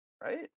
right